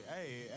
hey